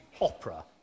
opera